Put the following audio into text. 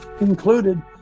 included